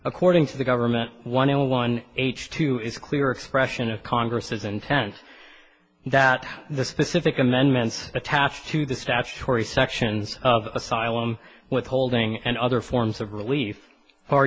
according to the government one in one h two is clear expression of congress is intense that the specific amendments attached to the statutory sections of asylum withholding and other forms of relief